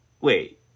Wait